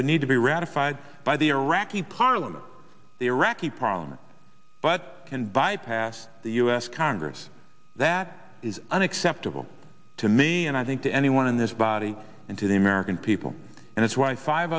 would need to be ratified by the iraqi parliament the iraqi parliament but can bypass the us congress that is unacceptable to me and i think to anyone in this body and to the american people and it's why five